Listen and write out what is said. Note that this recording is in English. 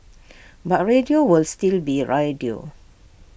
but radio will still be radio